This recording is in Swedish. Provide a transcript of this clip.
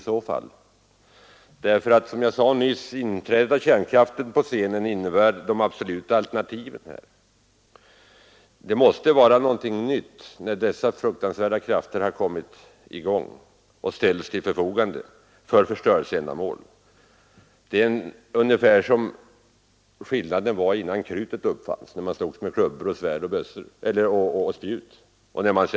Som jag sade nyss innebär inträdet av kärnkraften på scenen de absoluta alternativens införande. Det måste vara något helt nytt när dessa fruktansvärda krafter ställs till förfogande för förstörelseändamål. Det innebär samma skillnad som uppfinningen av krutet innebar för den tid då man slogs med klubbor, svärd och spjut.